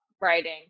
writing